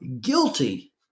guilty